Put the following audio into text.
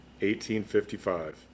1855